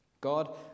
God